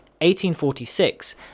1846